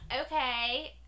okay